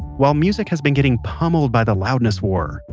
while music has been getting pummeled by the loudness war,